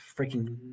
freaking